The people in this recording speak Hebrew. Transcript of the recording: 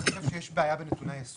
אני חושב שיש בעיה בנתוני היסוד.